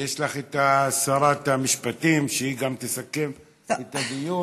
יש לך את שרת המשפטים, שהיא גם תסכם את הדיון.